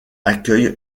accueille